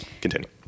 Continue